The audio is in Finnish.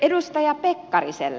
edustaja pekkariselle